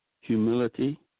humility